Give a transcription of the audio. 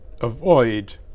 avoid